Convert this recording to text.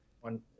one